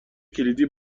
کلیدی